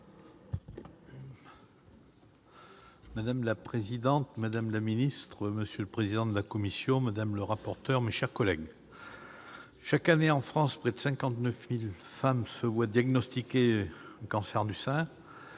Madame la présidente, madame la ministre, monsieur le président de la commission, madame la rapporteure, mes chers collègues, chaque année, en France, près de 59 000 femmes se voient diagnostiquer un cancer du sein.